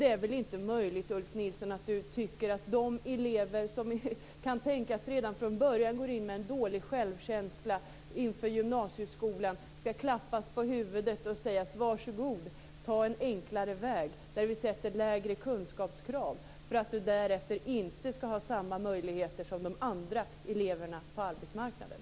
Det är väl inte möjligt att Ulf Nilsson tycker att de elever som redan från början kan tänkas ha dålig självkänsla inför gymnasieskolan skall klappas på huvudet och få höra att de skall vara så goda att ta en enklare väg, där kunskapskraven är lägre, för att de därefter inte skall ha samma möjligheter som de andra eleverna på arbetsmarknaden?